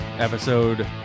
Episode